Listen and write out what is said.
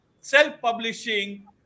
self-publishing